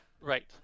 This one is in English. Right